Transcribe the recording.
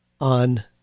on